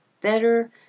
better